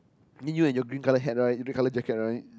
need you in your green colour hat right your red colour jacket right